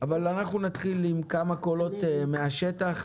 נתחיל עם כמה קולות מן השטח.